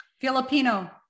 Filipino